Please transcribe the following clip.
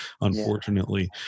Unfortunately